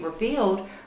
revealed